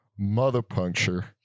MotherPuncture